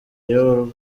iyo